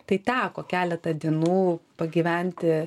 tai teko keletą dienų pagyventi